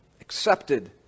accepted